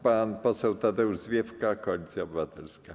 Pan poseł Tadeusz Zwiefka, Koalicja Obywatelska.